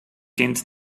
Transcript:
kind